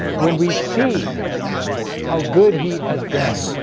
when we see how good he has been